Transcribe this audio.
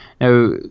Now